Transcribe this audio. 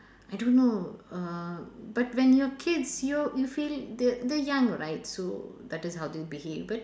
I don't know uh but when your kids yo~ you feel the they're young right so that is how they behave but